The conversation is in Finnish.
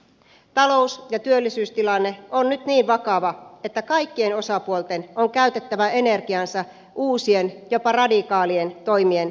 talous ja työllisyystilanne on nyt niin vakava että kaikkien osapuolten on käytettävä energiansa uusien jopa radikaalien toimien hakemiseen